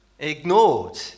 ignored